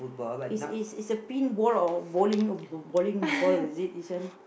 is is is a pinball or a bowling bowling ball is it this one